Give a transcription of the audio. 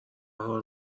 حال